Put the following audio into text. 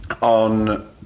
on